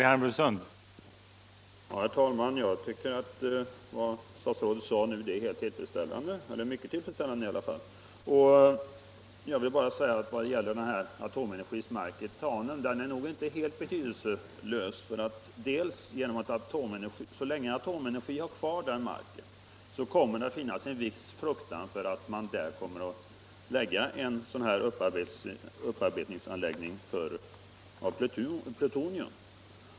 Herr talman! Jag tycker att vad herr statsrådet nu sade är mycket tillfredsställande. Men vad beträffar Atomenergis mark i Tanum så är den nog inte helt betydelselös. Så länge Atomenergi har kvar den marken kommer det att finnas en viss oro för att man där kommer att uppföra en upparbetningsanläggning för plutonium.